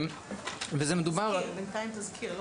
וזה מדובר על --- זה בינתיים תזכיר.